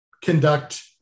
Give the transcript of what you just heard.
conduct